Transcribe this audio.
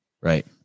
Right